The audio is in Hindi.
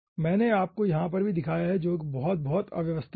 मैंने आपको यहाँ पर भी दिखाया है जो बहुत बहुत अव्यवस्थित है